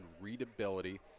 readability